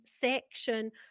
section